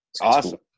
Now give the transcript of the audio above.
awesome